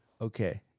Okay